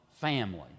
family